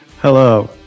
Hello